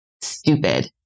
stupid